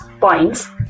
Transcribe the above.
points